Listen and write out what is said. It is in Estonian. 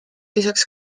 lisaks